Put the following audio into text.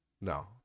No